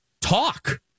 talk